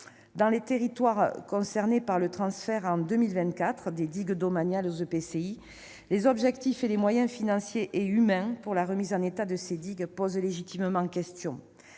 Dans les territoires concernés par le transfert, en 2024, des digues domaniales aux EPCI, les objectifs et les moyens financiers et humains pour la remise en état de ces digues posent légitimement question.